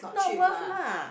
not worth lah